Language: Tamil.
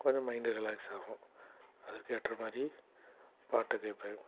கொஞ்சம் மைண்டு ரிலாக்ஸ் ஆகும் அதுக்கு ஏற்ற மாதிரி பாட்டு கேட்பேன்